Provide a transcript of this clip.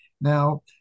Now